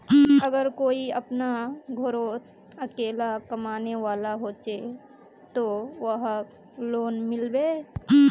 अगर कोई अपना घोरोत अकेला कमाने वाला होचे ते वहाक लोन मिलबे?